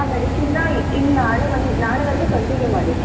ಆ ಮೆಡಿಶಿನ್ನಾ ಇನ್ನೂ ನಾಳೆ ಒಂದು ನಾಳೆವರೆಗೂ ಕಂಟಿನ್ಯೂ ಮಾಡಿ